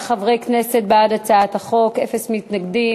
16 חברי כנסת בעד הצעת החוק, אין מתנגדים.